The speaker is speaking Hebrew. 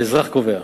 האזרח קובע.